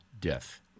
death